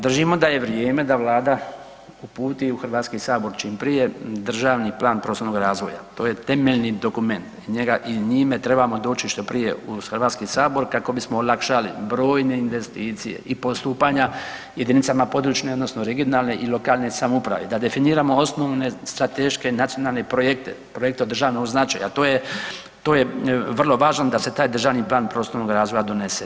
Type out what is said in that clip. Držimo da je vrijeme da Vlada uputi u HS čim prije državni plan prostornog razvoja, to je temeljni dokument i njime trebamo doći što prije u HS kako bismo olakšali brojne investicije i postupanja jedinicama područne odnosno regionalne i lokalne samouprave, da definiramo osnovne strateške nacionalne projekte, projekte od državnog značaja, a to je vrlo važno da se taj državni plan prostornog razvoja donese.